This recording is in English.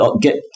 get